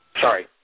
Sorry